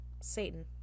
Satan